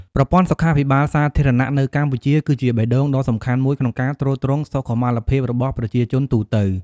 ប្រព័ន្ធសុខាភិបាលសាធារណៈនៅកម្ពុជា គឺជាបេះដូងដ៏សំខាន់មួយក្នុងការទ្រទ្រង់សុខុមាលភាពរបស់ប្រជាជនទូទៅ។